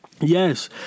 Yes